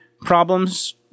problems